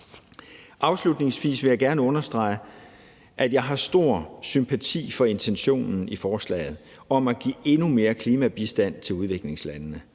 Afslutningsvis vil jeg gerne understrege, at jeg har stor sympati for intentionen i forslaget om at give endnu mere klimabistand til udviklingslandene.